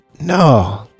no